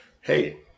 hey